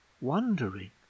wondering